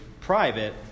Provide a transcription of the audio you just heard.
private